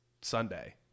Sunday